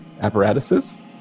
apparatuses